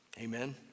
Amen